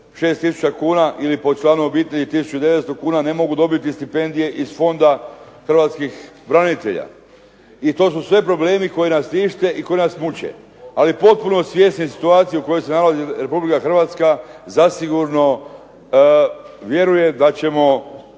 tisuća kuna ili po članu obitelji tisuću 900 kuna ne mogu dobiti stipendije iz Fonda iz hrvatskih branitelja. I to su sve problemi koji nas tište i koji nas muče, ali potpuno svjesni situacije u kojoj se nalazi Republika Hrvatska zasigurno vjerujem da ćemo